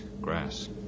grass